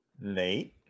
Nate